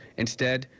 instead,